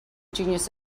genius